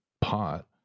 pot